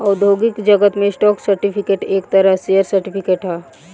औद्योगिक जगत में स्टॉक सर्टिफिकेट एक तरह शेयर सर्टिफिकेट ह